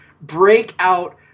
breakout